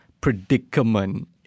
predicament